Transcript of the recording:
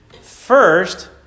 First